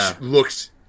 looks